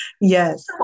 Yes